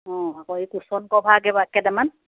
অঁ আকৌ এই কুচন ক'ভাৰ কেইটামান